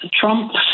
Trump